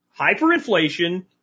Hyperinflation